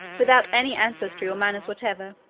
without any ancestry or manners whatever,